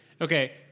Okay